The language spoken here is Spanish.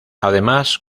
además